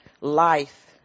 life